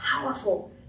powerful